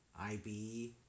IB